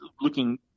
looking